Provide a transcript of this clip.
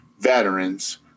veterans